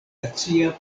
glacia